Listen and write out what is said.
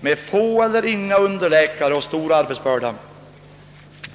De har få eller inga underläkare, och deras arbetsbörda är stor.